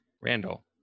Randall